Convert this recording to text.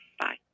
Bye